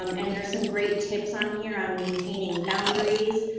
um and there are some great tips on here on maintaining boundaries.